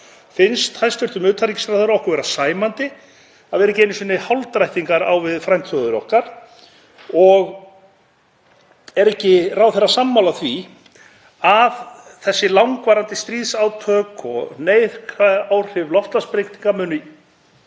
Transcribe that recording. Finnst hæstv. utanríkisráðherra okkur vera sæmandi að vera ekki einu sinni hálfdrættingar á við frændþjóðir okkar? Og er ekki ráðherra sammála því að þessi langvarandi stríðsátök og neikvæð áhrif loftslagsbreytinga muni